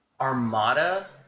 Armada